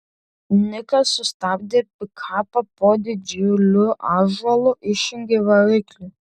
nikas sustabdė pikapą po didžiuliu ąžuolu išjungė variklį